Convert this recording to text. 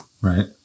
Right